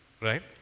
right